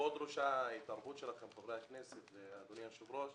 וכאן דרושה התערבות חברי הכנסת ואדוני היושב ראש